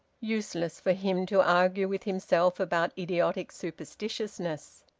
useless for him to argue with himself about idiotic superstitiousness!